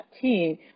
team